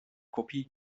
kopie